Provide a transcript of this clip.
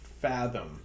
fathom